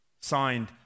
Signed